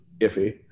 iffy